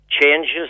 changes